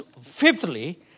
fifthly